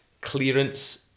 clearance